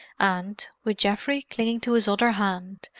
and, with geoffrey clinging to his other hand,